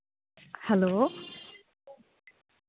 hello